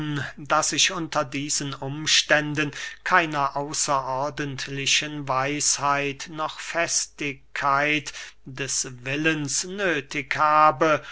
daß ich unter diesen umständen keiner außerordentlichen weisheit noch festigkeit des willens nöthig habe